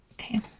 Okay